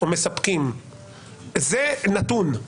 זה נתון.